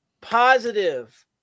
positive